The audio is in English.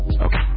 Okay